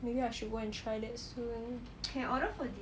maybe I should go and try that soon